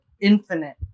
infinite